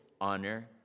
honor